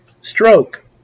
stroke